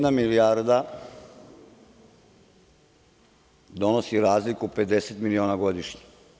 Jedna milijarda donosi razliku 50 miliona godišnje.